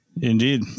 Indeed